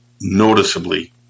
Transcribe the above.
noticeably